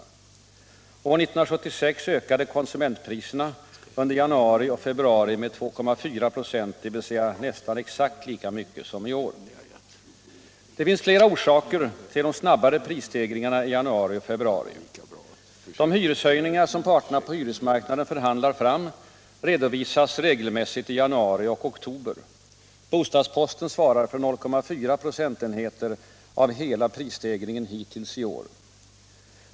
År 1976 ökade konsumentpriserna under januari och februari med 2,4 8, dvs. nästan exakt lika mycket som i år. Det finns flera orsaker till de snabbare prisstegringarna i januari och februari. De hyreshöjningar som parterna på hyresmarknaden förhandlar fram redovisas regelmässigt i januari och oktober. Bostadsposten svarar för 0,4 procentenheter av hela prisstegringen hittills i år.